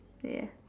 ya